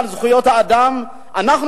אדוני היושב-ראש, אני